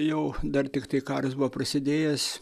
jau dar tiktai karas buvo prasidėjęs